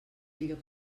millor